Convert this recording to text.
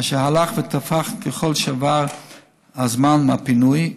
אשר הלך ותפח ככל שעבר הזמן מהפינוי,